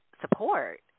support